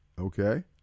Okay